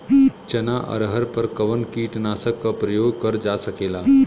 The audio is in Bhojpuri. चना अरहर पर कवन कीटनाशक क प्रयोग कर जा सकेला?